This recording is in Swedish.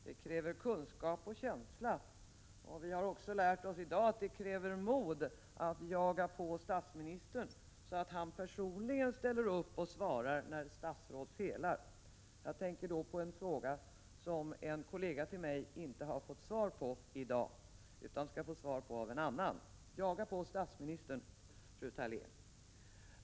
Det kräver kunskap och känsla, och vi har också lärt oss i dag att det kräver mod att jaga på statsministern så att han personligen ställer upp och svarar när ett statsråd felar — jag tänker på en fråga som en kollega till mig inte har fått svar på i dag. Jaga på statsministern, fru Thalén!